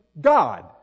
God